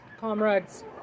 Comrades